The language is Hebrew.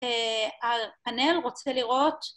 הנר רוצה לראות